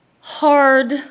hard